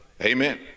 amen